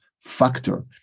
factor